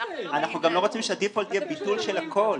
אנחנו גם לא רוצים שהדיפולט יהיה ביטול של החוק.